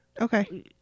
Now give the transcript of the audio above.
Okay